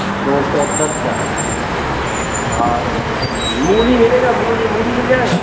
दो सौ दस का आदि और मूली मिलेगा मूली मूली मिल जाएगा